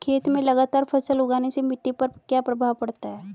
खेत में लगातार फसल उगाने से मिट्टी पर क्या प्रभाव पड़ता है?